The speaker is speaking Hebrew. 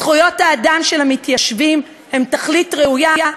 זכויות האדם של המתיישבים הן תכלית ראויה,